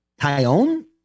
Tyone